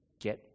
get